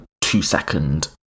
two-second